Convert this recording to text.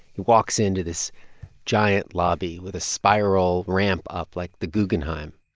he walks into this giant lobby with a spiral ramp up like the guggenheim.